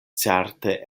certe